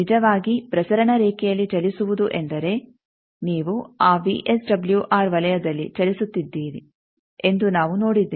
ನಿಜವಾಗಿ ಪ್ರಸರಣ ರೇಖೆಯಲ್ಲಿ ಚಲಿಸುವುದು ಎಂದರೆ ನೀವು ಆ ವಿಎಸ್ಡಬ್ಲ್ಯೂಆರ್ ವಲಯದಲ್ಲಿ ಚಲಿಸುತ್ತಿದ್ದೀರಿ ಎಂದು ನಾವು ನೋಡಿದ್ದೇವೆ